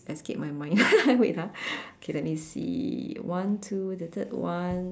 escape my mind wait ah okay let me see one two the third one